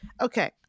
Okay